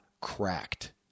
cracked